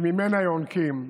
שממנה יונקים,